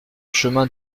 chemin